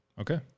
Okay